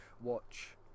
watch